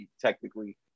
technically